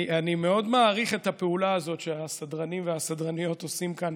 אני מאוד מעריך את הפעולה הזאת שהסדרנים והסדרניות עושים כאן